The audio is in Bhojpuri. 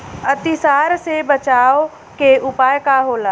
अतिसार से बचाव के उपाय का होला?